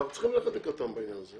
אנחנו צריכים ללכת לקראתן בעניין הזה.